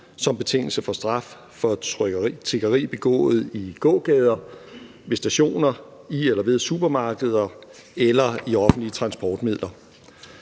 som betingelse for straf for tiggeri begået i gågader, ved stationer, i eller ved supermarkeder eller i offentlige transportmidler.